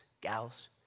gals